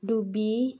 ଡୁବି